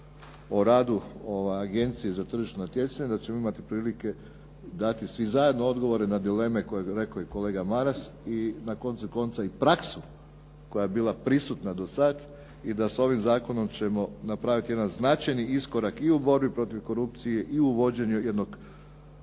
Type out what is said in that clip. o radu Agencije za tržišno natjecanje da ćemo imati prilike dati svi zajedno odgovore na dileme koje je rekao i kolega Mara i na koncu konca i praksu koja je bila prisutna do sada i da s ovim zakonom ćemo napraviti jedan značajni iskorak i u borbi protiv korupcije i u vođenju jednog